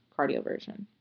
cardioversion